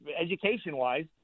education-wise